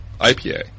IPA